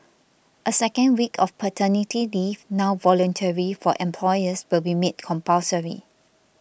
a second week of paternity leave now voluntary for employers will be made compulsory